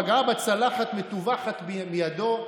פגעה בה צלחת מטווחת מידו.